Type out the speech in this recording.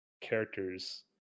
characters